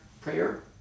prayer